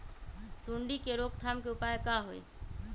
सूंडी के रोक थाम के उपाय का होई?